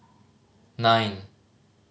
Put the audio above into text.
nine